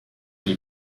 die